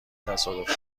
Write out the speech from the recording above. تصادفی